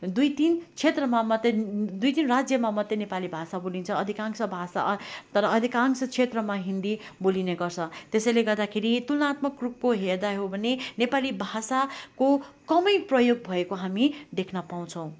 दुई तिन क्षेत्रमा मत्तै दुई तिन राज्यमा मात्रै नेपाली भाषा बोलिन्छ अधिकांश भाषा तर अधिकांश क्षेत्रमा हिन्दी बोलिने गर्छ त्यसैले गर्दाखेरि तुलनात्मक रूपको हेर्दा हो भने नेपाली भाषाको कमै प्रयोग भएको हामी देख्न पाउँछौँ